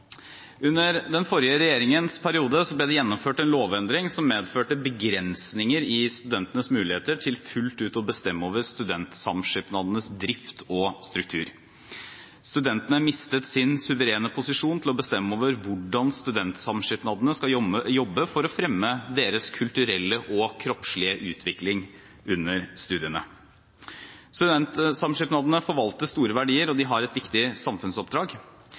Under den forrige regjeringens periode ble det gjennomført en lovendring som medførte begrensninger i studentenes muligheter til fullt ut å bestemme over studentsamskipnadenes drift og struktur. Studentene mistet sin suverene posisjon til å bestemme over hvordan studentsamskipnadene skal jobbe for å fremme «deres kulturelle og kroppslige utvikling under studiene». Studentsamskipnadene forvalter store verdier, og de har et viktig samfunnsoppdrag.